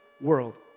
world